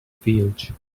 field